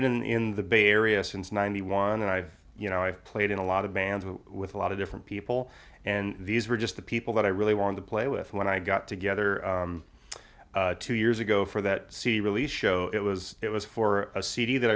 been in the bay area since ninety one and i've you know i've played in a lot of bands with a lot of different people and these were just the people that i really wanted to play with when i got together two years ago for that see really show it was it was for a cd that